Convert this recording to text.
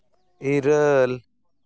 ᱤᱨᱟᱹᱞ